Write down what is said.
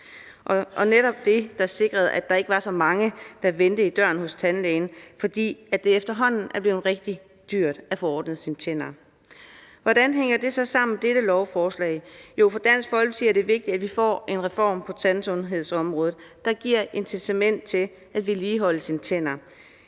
der netop sikrede, at der ikke var så mange, der vendte i døren hos tandlægen, fordi det efterhånden er blevet rigtig dyrt at få ordnet sine tænder. Hvordan hænger det så sammen med dette lovforslag? Jo, for Dansk Folkeparti er det vigtigt, at vi får en reform på tandsundhedsområdet, der giver incitament til at vedligeholde sine tænder.